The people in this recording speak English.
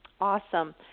Awesome